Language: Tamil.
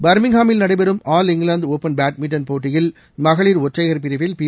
பர்மிங்காமில் நடைபெறும் ஆல் இங்கிலாந்து ஒப்பன் பேட்மின்டன் போட்டியில் மகளிர் ஒற்றையர் பிரிவில் பி